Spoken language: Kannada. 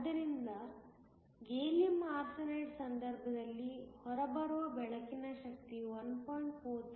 ಆದ್ದರಿಂದ ಗ್ಯಾಲಿಯಂ ಆರ್ಸೆನೈಡ್ನ ಸಂದರ್ಭದಲ್ಲಿ ಹೊರಬರುವ ಬೆಳಕಿನ ಶಕ್ತಿಯು 1